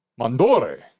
mandore